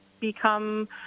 become